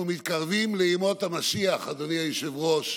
אנחנו מתקרבים לימות המשיח, אדוני היושב-ראש.